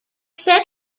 set